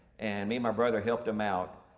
and me my brother helped him out.